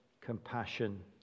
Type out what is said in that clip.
compassion